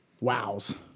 wow's